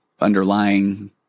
underlying